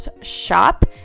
shop